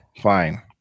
fine